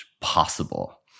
possible